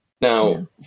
Now